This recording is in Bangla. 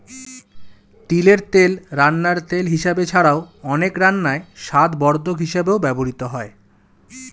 তিলের তেল রান্নার তেল হিসাবে ছাড়াও, অনেক রান্নায় স্বাদবর্ধক হিসাবেও ব্যবহৃত হয়